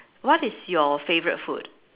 what is your favourite food